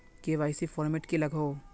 KYC format की लागोहो?